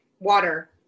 Water